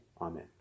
amen